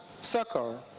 circle